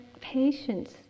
patience